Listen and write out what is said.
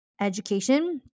education